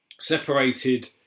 separated